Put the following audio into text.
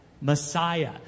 Messiah